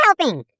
helping